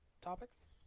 topics